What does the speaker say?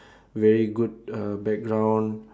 very good uh background